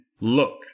look